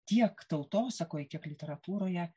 tiek tautosakoj tiek literatūroje